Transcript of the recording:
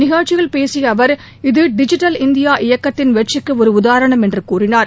நிகழ்ச்சியில் பேசிய அவர் இது டிஜிட்டல் இந்தியா இயக்கத்தின் வெற்றிக்கு ஒரு உதாரணம் என்று கூறினார்